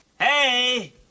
Hey